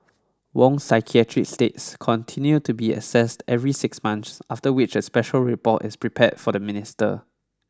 Wong's psychiatric states continue to be assessed every six months after which a special report is prepared for the minister